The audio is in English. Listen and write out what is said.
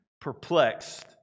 Perplexed